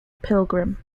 pilgrim